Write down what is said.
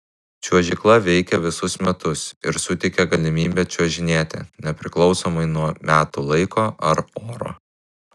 čiuožykla veikia visus metus ir suteikia galimybę čiuožinėti nepriklausomai nuo metų laiko ar oro